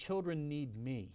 children need me